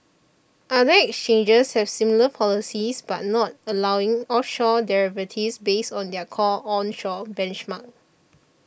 other exchanges have similar policies but not allowing offshore derivatives based on their core onshore benchmarks